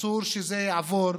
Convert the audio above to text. אסור שזה יעבור.